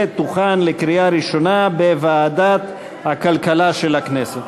ותוכן לקריאה ראשונה בוועדת הכלכלה של הכנסת.